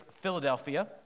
Philadelphia